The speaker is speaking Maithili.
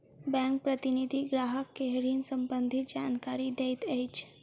बैंक प्रतिनिधि ग्राहक के ऋण सम्बंधित जानकारी दैत अछि